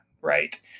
right